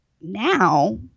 now